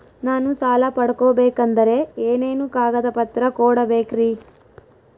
ನಾನು ಸಾಲ ಪಡಕೋಬೇಕಂದರೆ ಏನೇನು ಕಾಗದ ಪತ್ರ ಕೋಡಬೇಕ್ರಿ?